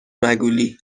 مگولی